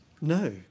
No